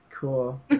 Cool